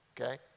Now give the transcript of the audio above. okay